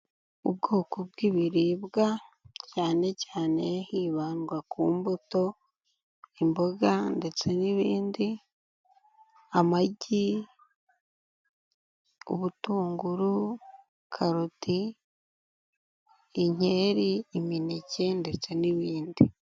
Ubwoko bw'ibiribwa cyane cyane hibandwa ku mbuto, imboga ndetse n'ibindi, amagi, ubutunguru, karoti, inkeri, imineke ndetse n'ibindi.